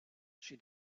she